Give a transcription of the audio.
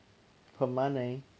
the money